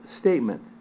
statement